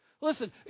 Listen